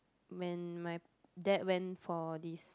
when my dad went for this